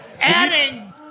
Adding